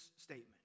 statement